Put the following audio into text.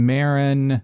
Marin